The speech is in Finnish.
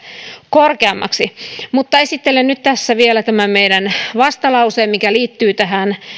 korkeammaksi mutta esittelen nyt tässä vielä tämän meidän vastalauseemme mikä liittyy tähän